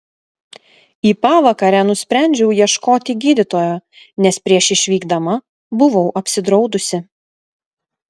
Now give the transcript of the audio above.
į pavakarę nusprendžiau ieškoti gydytojo nes prieš išvykdama buvau apsidraudusi